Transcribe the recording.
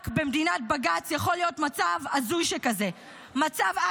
רק במדינת בג"ץ יכול להיות מצב הזוי שכזה מצב,